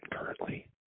currently